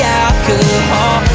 alcohol